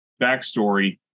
backstory